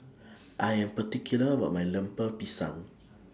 I Am particular about My Lemper Pisang